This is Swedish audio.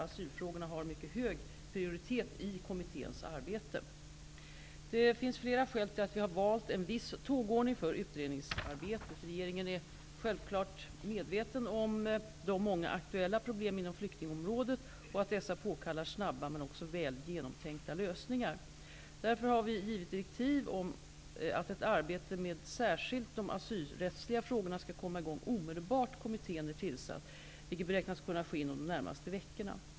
Asylfrågorna har en mycket hög prioritet i kommitténs arbete. Det finns flera skäl till att vi har valt en viss tågordning för utredningsarbetet. Regeringen är självfallet medveten om de många aktuella problemen inom flyktingområdet och att dessa påkallar snabba, men också väl genomtänkta lösningar. Därför har vi givit direktiv om att ett arbete med särskilt de asylrättsliga frågorna skall komma i gång omedelbart kommittén är tillsatt, vilket beräknas kunna ske inom de närmaste veckorna.